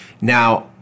Now